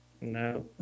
No